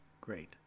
great